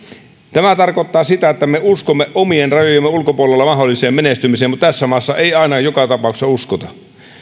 tämä tarkoittaa sitä että me uskomme omien rajojemme ulkopuolella mahdolliseen menestymiseen mutta tässä maassa ei aina joka tapauksessa uskota